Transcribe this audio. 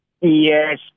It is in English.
Yes